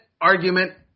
argument